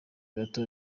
bato